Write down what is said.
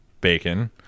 bacon